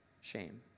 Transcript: shame